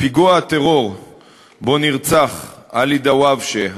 ופיגוע הטרור שבו נרצח עלי דוואבשה התינוק,